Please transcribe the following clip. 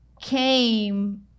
came